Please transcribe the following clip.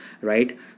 right